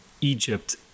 Egypt